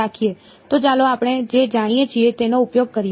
તો ચાલો આપણે જે જાણીએ છીએ તેનો ઉપયોગ કરીએ